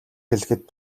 хэлэхэд